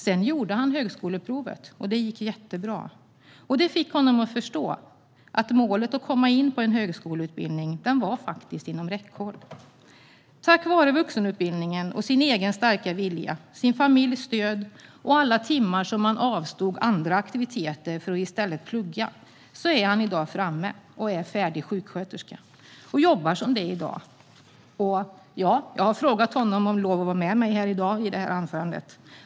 Sedan gjorde han högskoleprovet, och det gick jättebra. Det fick honom att förstå att målet att komma in på en högskoleutbildning faktiskt var inom räckhåll. Tack vare vuxenutbildningen och sin egen starka vilja, sin familjs stöd och alla timmar som han avstod från andra aktiviteter för att i stället plugga är han i dag framme och är färdig sjuksköterska. Han jobbar som det i dag. Och ja, jag har frågat honom om lov att ha med honom här i dag i anförandet.